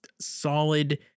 solid